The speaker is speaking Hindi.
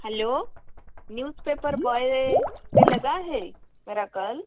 हेलो न्यूज़पेपर बॉय से लगा है मेरा काल